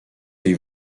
jej